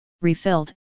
refilled